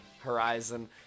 horizon